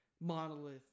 monolith